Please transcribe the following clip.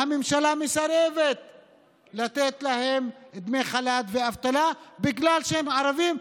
והממשלה מסרבת לתת להם דמי חל"ת ואבטלה בגלל שהם ערבים,